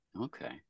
Okay